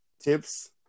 tips